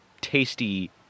tasty